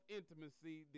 intimacy